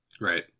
Right